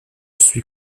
suis